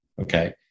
okay